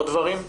עוד דברים?